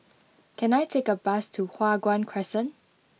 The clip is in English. can I take a bus to Hua Guan Crescent